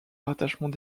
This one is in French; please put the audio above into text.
rattachement